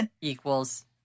equals